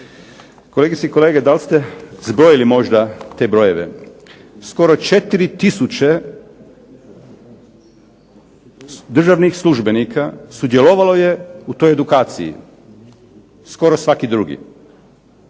kolegice i kolege da li ste zbrojili možda te brojeve? Skoro 4 tisuće državnih službenika sudjelovalo je u toj edukaciji, skoro svaki drugi.